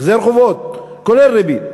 החזר חובות כולל ריבית.